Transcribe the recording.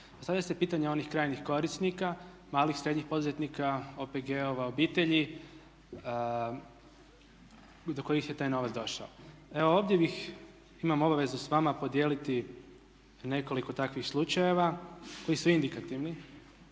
Postavlja se pitanje onih krajnjih korisnika, malih i srednjih poduzetnika, OPG-ova, obitelji do kojih je taj novac došao. Evo ovdje bih, imam obavezu sa vama podijeliti nekoliko takvih slučajeva koji su indikativni,